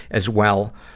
as well